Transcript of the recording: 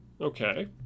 Okay